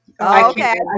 Okay